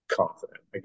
confident